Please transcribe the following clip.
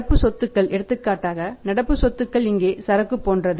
நடப்பு சொத்துக்கள் எடுத்துக்காட்டாக நடப்பு சொத்துக்கள் இங்கே சரக்கு போன்றது